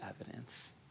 evidence